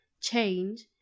change